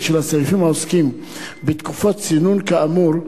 של הסעיפים העוסקים בתקופת צינון כאמור,